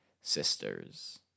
sisters